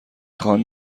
خواهم